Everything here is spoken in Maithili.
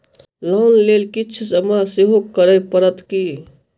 लोन लेल किछ जमा सेहो करै पड़त की?